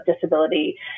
disability